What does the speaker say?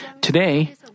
Today